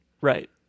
right